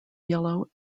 yellow